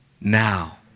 now